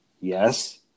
Yes